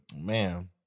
Man